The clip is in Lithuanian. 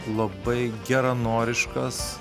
labai geranoriškas